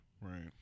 Right